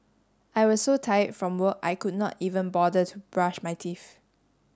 I was so tired from work I could not even bother to brush my teeth